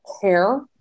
care